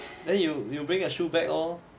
then you you bring your shoe bag all